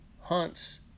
hunts